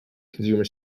consumer